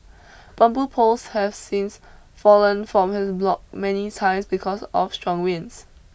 bamboo poles have since fallen from his block many times because of strong winds